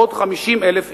עוד 50,000 איש.